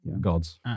gods